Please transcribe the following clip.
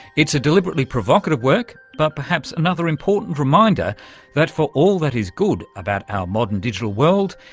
it's a deliberately provocative work, but perhaps another important reminder that for all that is good about our modern digital world,